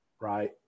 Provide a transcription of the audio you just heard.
right